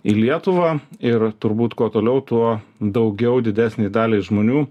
į lietuvą ir turbūt kuo toliau tuo daugiau didesnei daliai žmonių